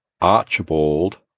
Archibald